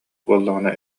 буоллаҕына